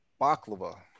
baklava